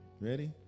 Ready